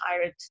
hired